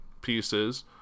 pieces